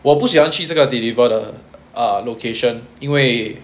我不喜欢去这个 deliver 的 uh location 因为